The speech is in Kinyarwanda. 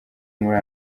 muri